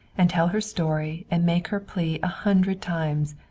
and tell her story and make her plea a hundred times.